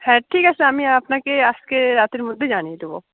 হ্যাঁ ঠিক আছে আমি আপনাকে আজকে রাতের মধ্যে জানিয়ে দেবো